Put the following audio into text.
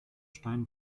stein